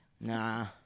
Nah